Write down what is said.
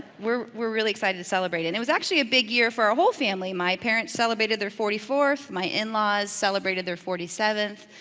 we're we're really excited to celebrate, and it was actually a big year for our whole family. my parents celebrated their forty fourth, my in-laws celebrated their forty seventh,